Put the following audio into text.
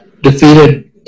defeated